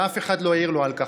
אף אחד לא העיר לו על כך.